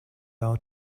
out